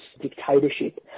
dictatorship